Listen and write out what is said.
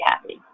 happy